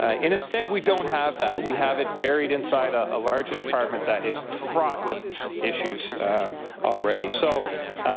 ah and instead, we don't have that. we have it buried inside a ah larger department that is fraught with issues already. so